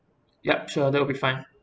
yup sure that will be fine